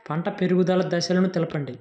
పంట పెరుగుదల దశలను తెలపండి?